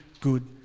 good